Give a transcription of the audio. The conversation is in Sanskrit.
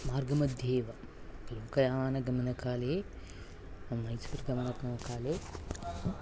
मार्गमध्ये एव लोकयानगमनकाले मैसूर्गमनगमनकाले